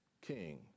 king